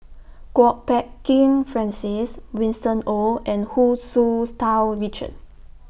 Kwok Peng Kin Francis Winston Oh and Hu Tsu Tau Richard